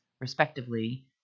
respectively